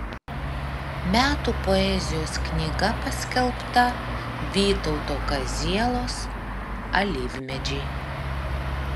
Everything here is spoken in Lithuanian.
metų poezijos knyga paskelbta vytauto kazielos alyvmedžiai